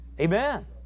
Amen